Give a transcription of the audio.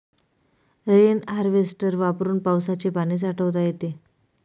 rain harvester वापरून पावसाचे पाणी साठवता येते